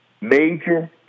major